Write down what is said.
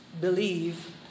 believe